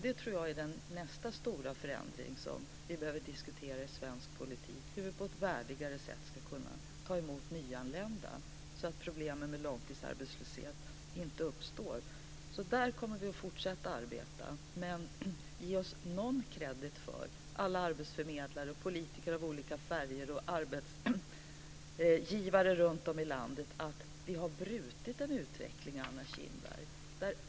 Det tror jag är nästa stora förändring som vi behöver diskutera i svensk politik: hur vi på ett värdigare sätt ska kunna ta emot nyanlända så att problemen med långtidsarbetslöshet inte uppstår. Där kommer vi att fortsätta arbeta. Men ge oss någon credit för alla arbetsförmedlare, politiker av olika färger och arbetsgivare runtom i landet där vi har brutit utvecklingen, Anna Kinberg.